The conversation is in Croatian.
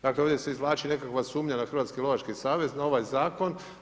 Dakle ovdje se izvlači nekakva sumnja na Hrvatski lovački savez na ovaj Zakon.